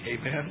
Amen